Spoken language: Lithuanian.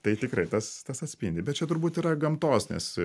tai tikrai tas tas atspindi bet čia turbūt yra gamtos nes